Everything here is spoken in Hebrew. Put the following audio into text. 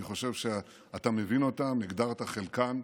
אני חושב שאתה מבין אותן, הגדרת את חלקן,